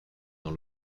dans